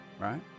right